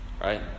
right